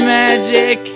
magic